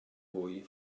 mwy